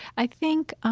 i think